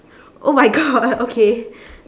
oh my god okay